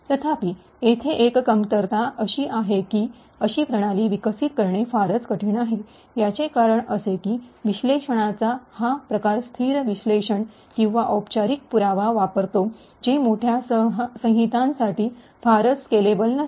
तथापि येथे एक कमतरता अशी आहे की अशी प्रणाली विकसित करणे फारच कठीण आहे याचे कारण असे की विश्लेषणाचा हा प्रकार स्थिर विश्लेषण किंवा औपचारिक पुरावा वापरतो जे मोठ्या संहितांसाठी फारच स्केलेबल नसतात